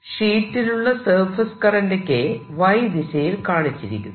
ഷീറ്റിലുള്ള surface current K Y ദിശയിൽ കാണിച്ചിരിക്കുന്നു